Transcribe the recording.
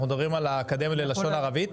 אנחנו מדברים על האקדמיה ללשון ערבית?